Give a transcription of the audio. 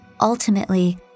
Ultimately